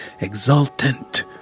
exultant